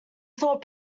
thought